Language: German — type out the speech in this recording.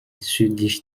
südlich